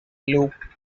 loop